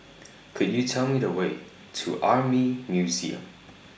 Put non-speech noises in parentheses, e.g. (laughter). (noise) Could YOU Tell Me The Way to Army Museum